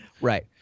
Right